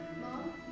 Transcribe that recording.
Mom